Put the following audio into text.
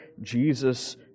Jesus